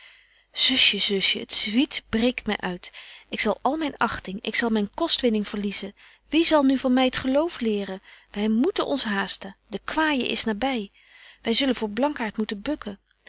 t zwiet breekt my uit ik zal al myn achting ik zal myn kostwinning verliezen wie zal nu van my t geloof leren wy moeten ons haasten de kwaaje is naby wy zullen voor blankaart moeten bukken